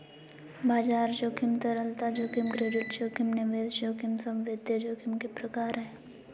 बाजार जोखिम, तरलता जोखिम, क्रेडिट जोखिम, निवेश जोखिम सब वित्तीय जोखिम के प्रकार हय